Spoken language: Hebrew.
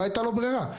לא הייתה לו ברירה.